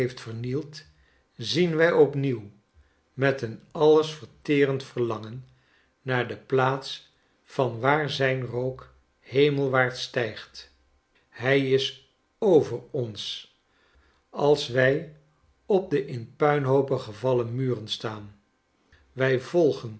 vernield zien wij opnienw met een alles verterend verlangen naar de plaats van waar zijn rook hemelwaarts stijgt hij is over ons als wij de bouwvallige straten betreden boven ons als wij op de in puinhoopen gevallen muren staan wij volgen